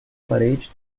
parede